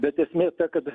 bet esmė ta kad